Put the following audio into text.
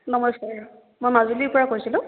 নমস্কাৰ মই মাজুলীৰ পৰা কৈছিলোঁ